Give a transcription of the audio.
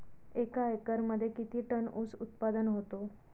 एका एकरमध्ये किती टन ऊस उत्पादन होतो?